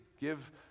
Give